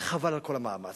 חבל על כל המאמץ.